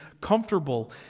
comfortable